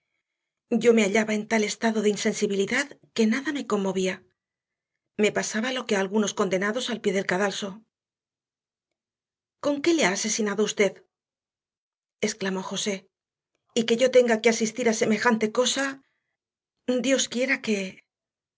yo me hallaba en tal estado de insensibilidad que nada me conmovía me pasaba lo que a algunos condenados al pie del cadalso con qué le ha asesinado usted exclamó josé y que yo tenga que asistir a semejante cosa dios quiera que